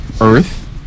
Earth